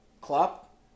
Klopp